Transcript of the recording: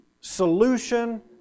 solution